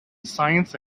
science